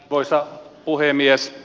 arvoisa puhemies